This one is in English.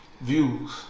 views